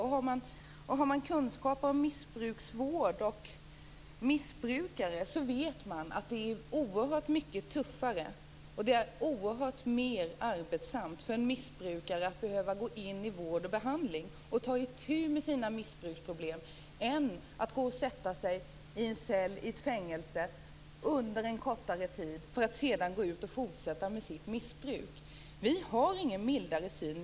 Om man har kunskap om missbrukarvård och missbrukare vet man att det är oerhört mycket tuffare, och oerhört mycket mer arbetsamt, för en missbrukare att behöva gå in i vård och behandling och ta itu med sina missbruksproblem än att gå och sätta sig i en cell i ett fängelse under en kortare tid för att sedan gå ut och fortsätta med sitt missbruk. Vi har ingen mildare syn på detta.